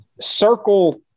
circle